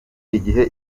igihe